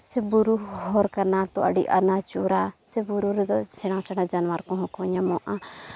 ᱥᱮ ᱵᱩᱨᱩ ᱦᱚᱨ ᱠᱟᱱᱟ ᱛᱳ ᱟᱹᱰᱤ ᱟᱱᱟᱪ ᱦᱚᱨᱟ ᱥᱮ ᱵᱩᱨᱩ ᱨᱮᱫᱚ ᱥᱮᱬᱟ ᱥᱮᱬᱟ ᱡᱟᱱᱣᱟᱨ ᱠᱚᱦᱚᱸ ᱠᱚ ᱧᱟᱢᱚᱜᱼᱟ